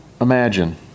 imagine